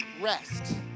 rest